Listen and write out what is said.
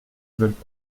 veulent